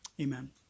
Amen